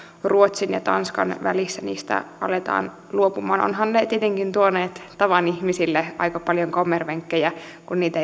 ruotsin ja tanskan välissä niistä aletaan luopumaan ovathan ne tietenkin tuoneet tavan ihmisille aika paljon kommervenkkejä kun niitä